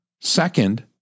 Second